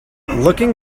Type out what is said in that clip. looking